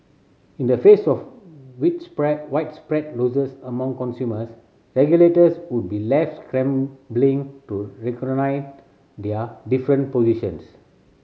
in the face of widespread losses among consumers regulators would be left scrambling to their different positions